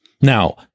Now